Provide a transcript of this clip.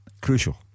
Crucial